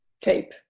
tape